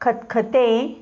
खतखतें